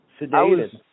sedated